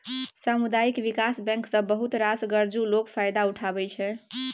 सामुदायिक बिकास बैंक सँ बहुत रास गरजु लोक फायदा उठबै छै